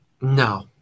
No